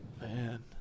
Man